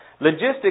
Logistics